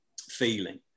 feeling